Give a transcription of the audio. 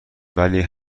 ولی